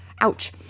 ouch